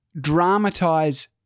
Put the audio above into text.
dramatize